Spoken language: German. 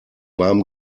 warm